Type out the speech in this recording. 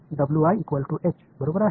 எனவே மற்றும் இல்லையென்றால்